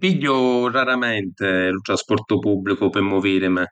Pigghiu raramenti lu trasportu pubblicu pi muvirimi.